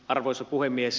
arvoisa puhemies